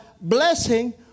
blessing